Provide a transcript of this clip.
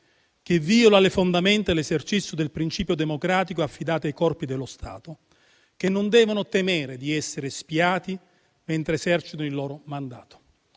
che viola le fondamenta dell'esercizio del principio democratico affidato ai corpi dello Stato, che non devono temere di essere spiati mentre esercitano il loro mandato.